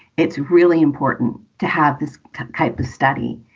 it's really important to have this type of study.